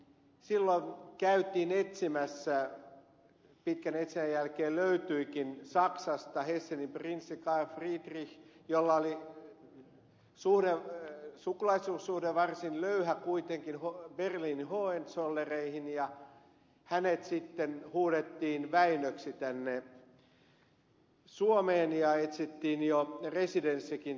silloin käytiin etsimässä kuningasta ja pitkän etsinnän jälkeen löytyikin saksasta hessenin prinssi karl friedrich jolla oli sukulaisuussuhde varsin löyhä kuitenkin berliinin hohenzollerneihin ja sitten hänet huudettiin väinöksi tänne suomeen ja etsittiin jo esitellä sekin